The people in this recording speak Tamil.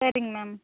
சரிங்க மேம்